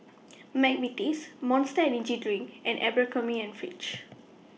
Mcvitie's Monster Energy Drink and Abercrombie and Fitch